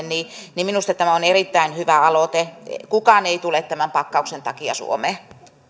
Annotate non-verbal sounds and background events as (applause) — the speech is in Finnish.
(unintelligible) niin niin minusta tämä on erittäin hyvä aloite kukaan ei tule tämän pakkauksen takia suomeen